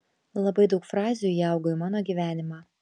labai daug frazių įaugo į mano gyvenimą